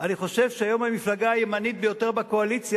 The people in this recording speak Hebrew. אני חושב שהיום המפלגה הימנית ביותר בקואליציה